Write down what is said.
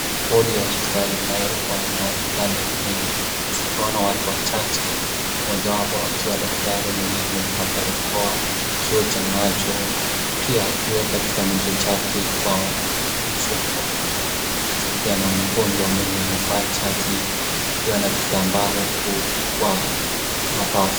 Hodi ya hosipitali inayokuwa na vitanda vingi, zikiwa na watu wachache. Mojawapo akiwa daktari mwenye amevaa barakoa, kioo cha macho, pia akiweka kitambulisho chake kwa mfuko akishughulika na mgonjwa mwenye anavaa shati akiwa na kitamba huku kwa mapafu.